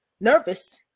nervous